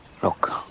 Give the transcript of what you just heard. Look